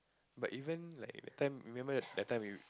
but even like that time remember that time we